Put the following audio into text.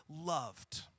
loved